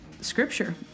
scripture